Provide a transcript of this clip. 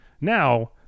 Now